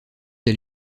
des